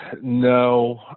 No